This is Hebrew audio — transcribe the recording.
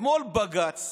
אתמול בג"ץ